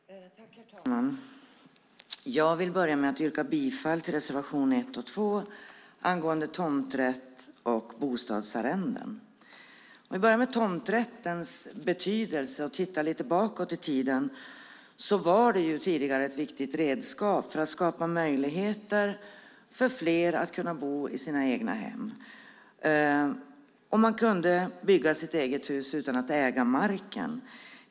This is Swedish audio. Herr talman! Jag vill börja med att yrka bifall till reservation 1 och 2 angående tomträtt och bostadsarrenden. Låt mig börja med tomträttens betydelse och titta lite bakåt i tiden. Tomträtten var tidigare ett viktigt redskap för att skapa möjligheter för fler att kunna bo i egna hem. Man kunde bygga sitt eget hus utan att äga marken.